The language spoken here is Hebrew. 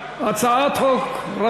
[הצעת חוק פ/392/19,